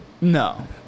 No